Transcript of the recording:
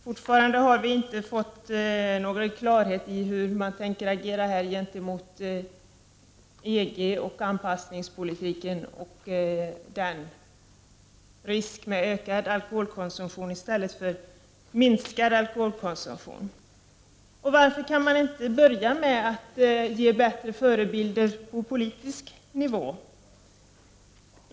Fortfarande har vi inte fått någon klarhet i hur man tänker agera gentemot EG och anpassningspolitiken och den risk för ökad i stället för minskad alkoholkonsumtion som denna medför. Varför kan man inte börja med att ge bättre förebilder på politisk nivå?